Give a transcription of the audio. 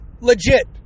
legit